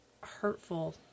hurtful